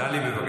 תודה רבה.